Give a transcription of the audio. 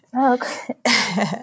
okay